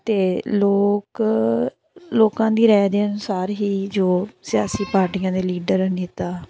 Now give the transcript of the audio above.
ਅਤੇ ਲੋਕ ਲੋਕਾਂ ਦੀ ਰਾਏ ਦੇ ਅਨੁਸਾਰ ਹੀ ਜੋ ਸਿਆਸੀ ਪਾਰਟੀਆਂ ਦੇ ਲੀਡਰ ਨੇਤਾ